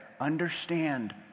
understand